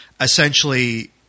essentially